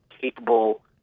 capable